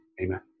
Amen